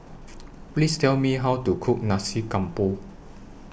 Please Tell Me How to Cook Nasi Campur